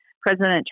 President